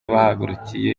bahagurukiye